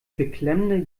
beklemmende